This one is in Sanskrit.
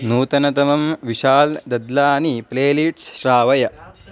नूतनतमं विशाल् दद्लानि प्लेलीट्स् श्रावय